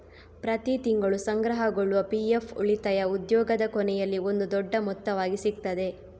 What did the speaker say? ಪ್ರತಿ ತಿಂಗಳು ಸಂಗ್ರಹಗೊಳ್ಳುವ ಪಿ.ಎಫ್ ಉಳಿತಾಯ ಉದ್ಯೋಗದ ಕೊನೆಯಲ್ಲಿ ಒಂದು ದೊಡ್ಡ ಮೊತ್ತವಾಗಿ ಸಿಗ್ತದೆ